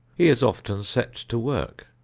he is often set to work.